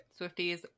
swifties